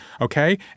Okay